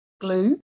glue